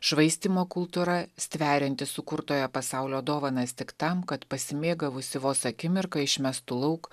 švaistymo kultūra stverianti sukurtojo pasaulio dovanas tik tam kad pasimėgavusi vos akimirką išmestų lauk